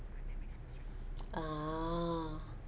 ah